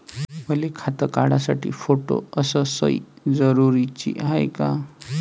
मले खातं काढासाठी फोटो अस सयी जरुरीची हाय का?